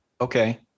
okay